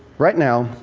right now,